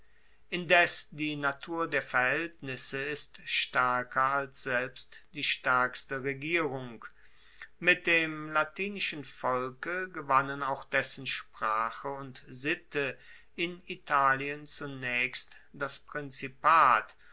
indes die natur der verhaeltnisse ist staerker als selbst die staerkste regierung mit dem latinischen volke gewannen auch dessen sprache und sitte in italien zunaechst das prinzipat